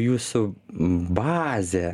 jūsų bazę